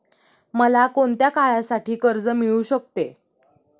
मला कोणत्या काळासाठी कर्ज मिळू शकते?